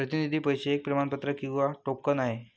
प्रतिनिधी पैसे एक प्रमाणपत्र किंवा टोकन आहे